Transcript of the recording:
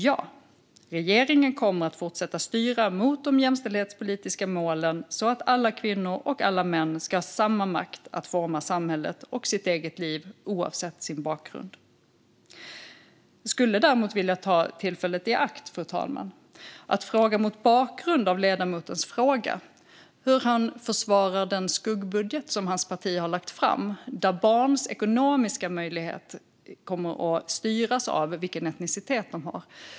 Ja - regeringen kommer att fortsätta att styra mot de jämställdhetspolitiska målen så att alla kvinnor och alla män ska ha samma makt att forma samhället och sitt eget liv oavsett sin bakgrund. Jag skulle däremot vilja ta tillfället i akt, fru talman, och fråga, mot bakgrund av ledamotens fråga, hur han försvarar den skuggbudget som hans parti har lagt fram, där barns ekonomiska möjligheter kommer att styras av vilken etnicitet de har.